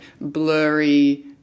blurry